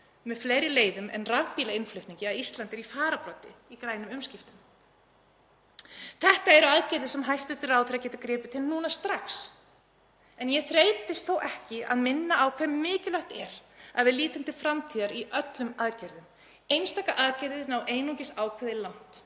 með fleiri leiðum en rafbílainnflutningi að Ísland er í fararbroddi í grænum umskiptum. Þetta eru aðgerðir sem hæstv. ráðherra getur gripið til núna strax, en ég þreytist ekki að minna á hve mikilvægt er að við lítum til framtíðar í öllum aðgerðum. Einstakar aðgerðir ná einungis ákveðið langt